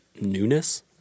newness